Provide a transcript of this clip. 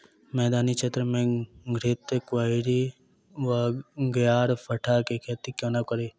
मैदानी क्षेत्र मे घृतक्वाइर वा ग्यारपाठा केँ खेती कोना कड़ी?